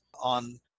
on